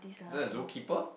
doesn't the zoo keeper